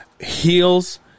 heels